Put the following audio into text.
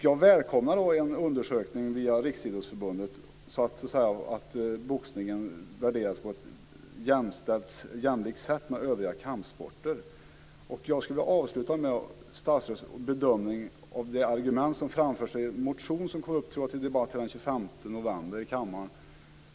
Jag välkomnar en undersökning via Riksidrottsförbundet så att boxningen värderas på ett jämlikt sätt med övriga kampsporter. Jag skulle vilja avsluta med att efterlysa statsrådets bedömning av de argument som framförs i en motion som kommer upp till debatt den 25 november i kammaren.